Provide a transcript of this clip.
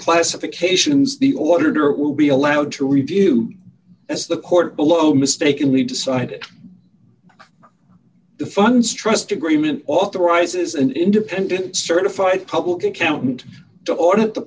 classifications the order will be allowed to review as the court below mistakenly decided the funds trust agreement authorizes an independent certified public accountant to order